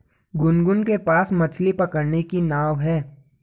गुनगुन के पास मछ्ली पकड़ने की नाव है